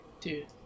Dude